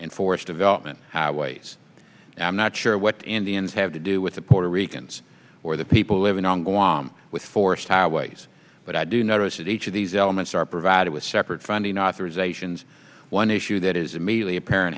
and forest development ways and i'm not sure what indians have to do with the puerto ricans or the people living on guam with forced highways but i do notice that each of these elements are provided with separate funding authorizations one issue that is immediately apparent